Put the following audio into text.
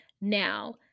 Now